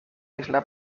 isla